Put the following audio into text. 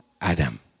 Adam